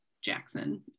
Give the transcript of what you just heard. Jackson